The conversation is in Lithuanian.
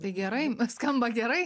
tai gerai skamba gerai